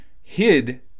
hid